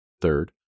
Third